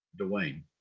Dwayne